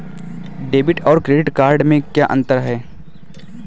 Debit और credit में क्या अंतर है?